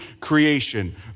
creation